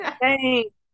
Thanks